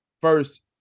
first